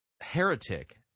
heretic